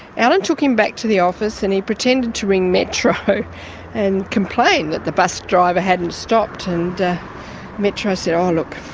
allan took him back to the office and he pretended to ring metro and complain that the bus driver hadn't stopped, and metro said oh look,